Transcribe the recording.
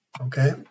Okay